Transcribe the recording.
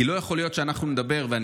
כי לא יכול להיות שאנחנו נדבר רק על חרדים,